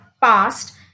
past